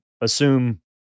assume